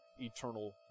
eternal